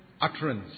utterance